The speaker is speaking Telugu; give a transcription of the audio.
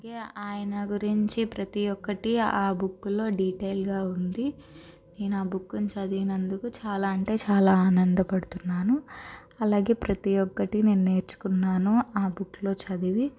అలాగే ఆయన గురించి ప్రతి ఒక్కటి ఆ బుక్లో డీటెయిల్గా ఉంది నేను ఆ బుక్ను చదివినందుకు చాలా అంటే చాలా ఆనందపడుతున్నాను అలాగే ప్రతి ఒక్కటి నేను నేర్చుకున్నాను ఆ బుక్లో చదివి